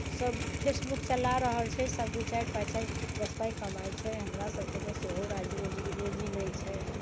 सभ फेसबुक चला रहल छै सब दू चारि पाइ दस पाइ कमाइत छै हमरासभके तऽ सेहो राजी रोजी रोजी नहि छै